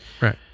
right